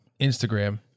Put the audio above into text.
Instagram